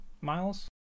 Miles